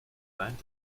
blind